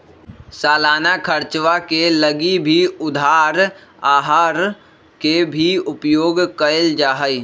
सालाना खर्चवा के लगी भी उधार आहर के ही उपयोग कइल जाहई